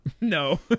No